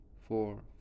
four